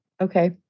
Okay